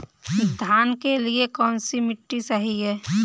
धान के लिए कौन सी मिट्टी सही है?